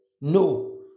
No